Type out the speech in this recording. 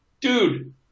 dude